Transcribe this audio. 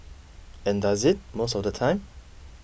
and does it most of the time